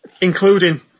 including